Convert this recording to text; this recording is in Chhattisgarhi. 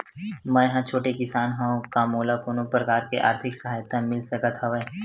मै ह छोटे किसान हंव का मोला कोनो प्रकार के आर्थिक सहायता मिल सकत हवय?